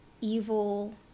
evil